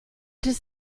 does